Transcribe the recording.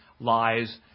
lies